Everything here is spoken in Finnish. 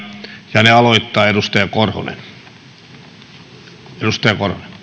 ja ne aloittaa edustaja korhonen